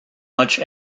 much